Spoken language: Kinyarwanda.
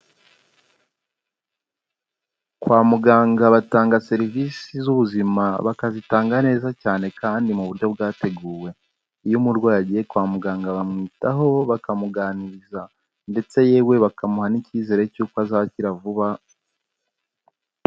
Kwa muganga batanga serivisi z'ubuzima bakazitanga neza cyane kandi mu buryo bwateguwe, iyo umurwayi agiye kwa muganga bamwitaho bakamuganiriza ndetse yewe bakamuha n'icyizere cy'uko azakira vuba.